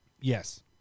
Yes